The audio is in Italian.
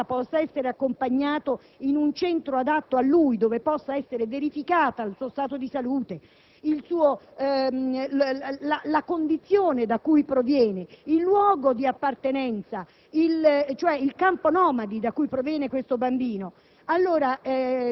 preso della strada possa essere accompagnato in un centro adatto a lui, dove possa essere verificato il suo stato di salute e la condizione da cui proviene, cioè il luogo di appartenenza, il campo nomadi da cui proviene. Queste sono